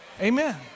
Amen